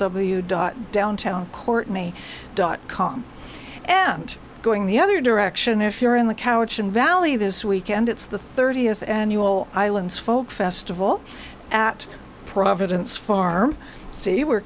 w dot downtown cortney dot com and going the other direction if you're in the cowichan valley this weekend it's the thirtieth annual island's folk festival at providence farm see we're